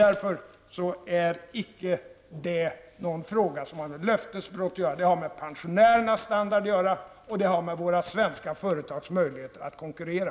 Därför är icke detta någonting som har med löftesbrott att göra, utan det har med pensionärernas standard att göra, och det har att göra med våra svenska företags möjlighet att konkurrera.